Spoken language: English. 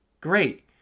great